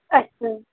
اچھا